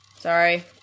Sorry